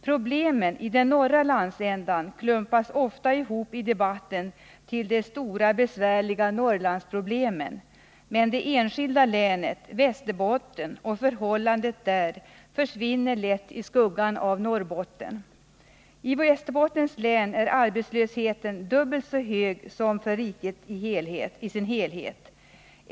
Problemen i den norra landsändan klumpas ofta ihop i debatten till det stora besvärliga Norrlandsproblemet. Men det enskilda länet, Västerbotten, och förhållandena där försvinner lätt i skuggan av Norrbotten. I Västerbottens län är arbetslösheten dubbelt så hög som för riket i dess helhet.